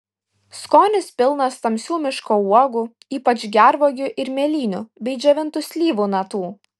skonis pilnas tamsių miško uogų ypač gervuogių ir mėlynių bei džiovintų slyvų natų